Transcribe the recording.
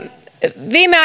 viime